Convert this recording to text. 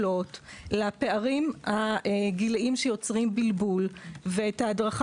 שסוהרת החובה תרגיש שהיא חלק מקהילה נשית ביחידה ושהיא עטופה ומוגנת.